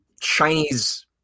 Chinese